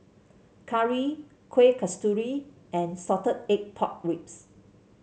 curry Kueh Kasturi and Salted Egg Pork Ribs